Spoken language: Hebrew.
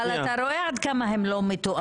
אתה רואה עד כמה הם לא מתואמים.